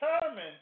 determine